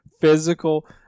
physical